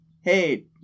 hey